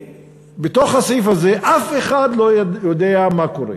בתוך הסעיף הזה, אף אחד לא יודע מה קורה.